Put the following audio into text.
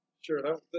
Sure